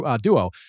duo